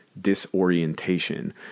disorientation